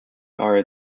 are